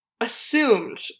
assumed